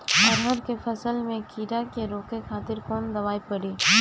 अरहर के फसल में कीड़ा के रोके खातिर कौन दवाई पड़ी?